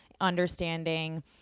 understanding